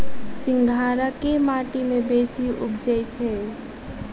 सिंघाड़ा केँ माटि मे बेसी उबजई छै?